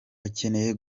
bakeneye